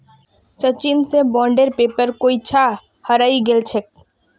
सचिन स बॉन्डेर पेपर कोई छा हरई गेल छेक